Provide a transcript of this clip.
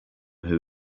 who